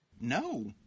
No